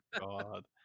god